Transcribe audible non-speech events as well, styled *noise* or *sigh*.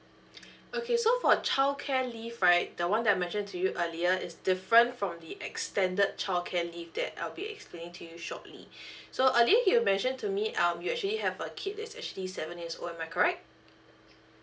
*breath* okay so for childcare leave right the one that I mentioned to you earlier is different from the extended childcare leave that I'll be explaining to you shortly *breath* so early you mentioned to me um you actually have a kid that's actually seven years old am I correct